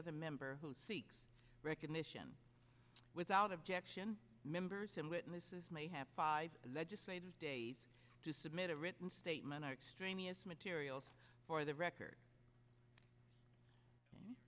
other member who seeks recognition without objection members and witnesses may have five legislative days to submit a written statement or extraneous materials for the record